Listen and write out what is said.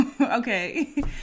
Okay